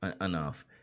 enough